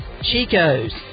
Chico's